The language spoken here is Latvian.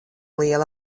liela